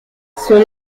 son